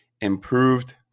improved